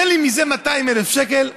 תן לי מזה 200,000 שקל.